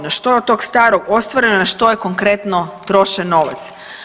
No, što je od tog starog ostvareni, na što je konkretno trošen novac?